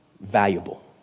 valuable